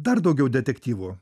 dar daugiau detektyvų